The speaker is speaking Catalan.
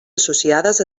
associades